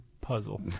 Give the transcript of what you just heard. puzzle